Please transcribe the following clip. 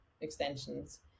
extensions